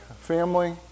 family